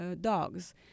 dogs